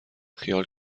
خیال